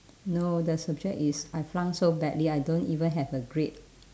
no the subject is I flunk so badly I don't even have a grade